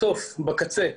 בסוף, בקצה,